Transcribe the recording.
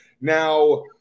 Now